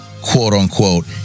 quote-unquote